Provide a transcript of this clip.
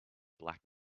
black